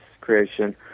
creation